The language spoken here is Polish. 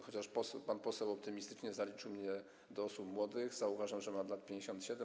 Chociaż pan poseł optymistycznie zaliczył mnie do osób młodych, zauważam, że mam lat 57.